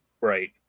Right